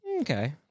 Okay